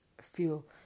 feel